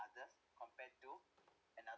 others compared to another